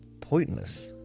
pointless